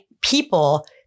people